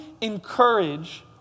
encourage